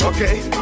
Okay